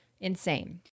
Insane